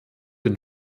den